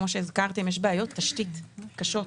כפי שהזכרתם, יש בעיות תשתית קשות.